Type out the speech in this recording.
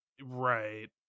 Right